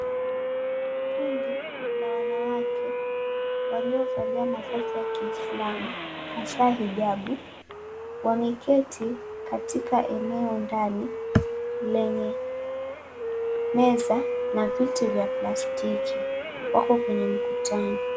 Kundi la wanawake waliovalia mavazi ya kiislamu hasa hijabu, wameketi katika eneo ndani lenye meza na viti vya plastiki. 𝑊ako kwenye mkutano.